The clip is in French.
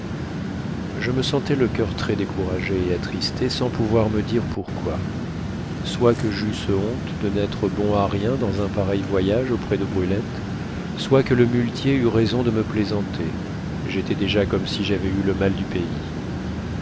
je me sentais le coeur très découragé et attristé sans pouvoir me dire pourquoi soit que j'eusse honte de n'être bon à rien dans un pareil voyage auprès de brulette soit que le muletier eût raison de me plaisanter j'étais déjà comme si j'avais eu le mal du pays